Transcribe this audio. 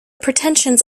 pretensions